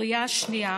לקריאה שנייה